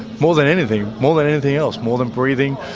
more than anything, more than anything else more than breathing,